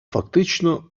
фактично